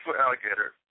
alligator